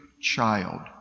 child